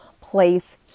place